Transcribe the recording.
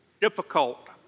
difficult